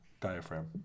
Diaphragm